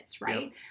right